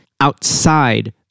outside